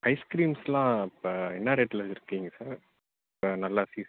ஐஸ்கிரீம்ஸ்லாம் இப்போ என்ன ரேட்டில் விற்கீங்க சார் இப்போ நல்லா சீ